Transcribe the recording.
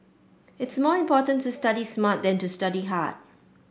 it is more important to study smart than to study hard